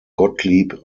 gottlieb